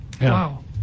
Wow